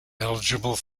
eligible